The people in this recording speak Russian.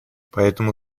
поэтому